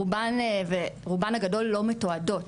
רובן הגדול לא מתועדות,